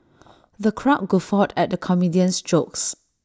the crowd guffawed at the comedian's jokes